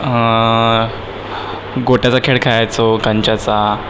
गोट्याचा खेळ खेळायचो कंच्याचा